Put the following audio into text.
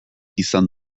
izan